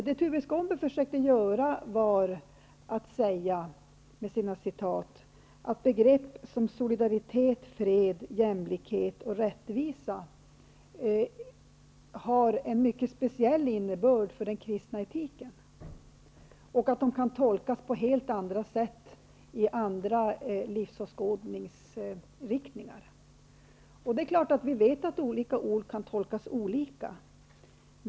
Det Tuve Skånberg försökte göra med sina citat var att säga att begrepp som solidaritet, jämlikhet och rättvisa har en mycket speciell innebörd inom den kristna etiken och att de kan tolkas på helt andra sätt inom andra livsåskådningsriktningar. Vi vet att samma ord kan tolkas olika.